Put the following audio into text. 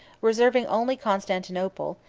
reserving only constantinople,